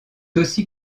aussi